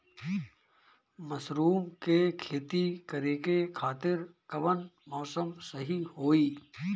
Mushroom के खेती करेके खातिर कवन मौसम सही होई?